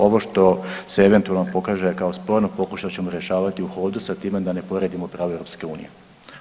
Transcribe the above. Ovo što se eventualno pokaže kao sporno pokušat ćemo rješavati u hodu sa time da ne povrijedimo pravo EU.